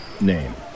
Name